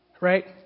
Right